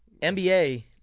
NBA